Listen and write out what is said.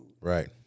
Right